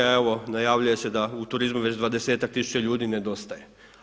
A evo najavljuje se da u turizmu već dvadesetak tisuća ljudi nedostaje.